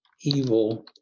evil